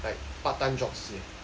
like part time jobs 这些